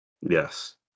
Yes